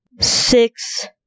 six